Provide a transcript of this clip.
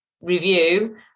review